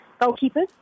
goalkeepers